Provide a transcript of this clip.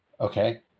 Okay